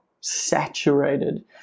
saturated